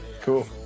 cool